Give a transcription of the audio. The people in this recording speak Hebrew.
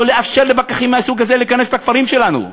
לאפשר לפקחים מהסוג הזה להיכנס לכפרים שלנו.